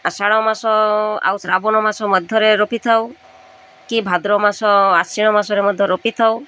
ଆଷାଢ଼ ମାସ ଆଉ ଶ୍ରାବଣ ମାସ ମଧ୍ୟରେ ରୋପିଥାଉ କି ଭାଦ୍ରବ ମାସ ଆଶ୍ଵିନ ମାସରେ ମଧ୍ୟ ରୋପିଥାଉ